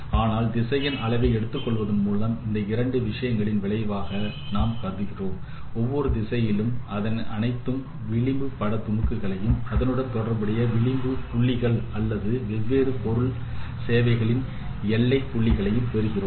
ஆனால் திசையன் அளவை எடுத்துக்கொள்வதன் மூலம் இந்த இரண்டு விசயங்களின் விளைவாக நான் கருதினார் ஒவ்வொரு திசையிலும் அனைத்து விழிம்பு பட துணுக்குகளும் அதனுடன் தொடர்புடைய விழிம்பு புள்ளிகள் அல்லது வெவ்வேறு பொருள் சேவைகளின் எல்லை புள்ளிகளையும் பெறுவோம்